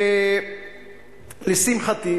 לשמחתי,